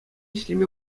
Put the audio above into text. ӗҫлеме